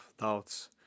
doubts